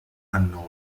unknown